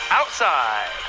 outside